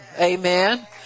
Amen